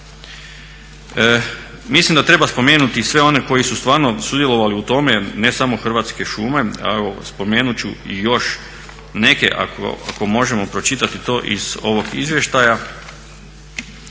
Mislim da treba spomenuti i sve one koji su stvarno sudjelovali u tome ne samo Hrvatske šume, a spomenut ću i još neke ako možemo pročitati to iz ovog izvještaja.